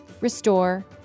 restore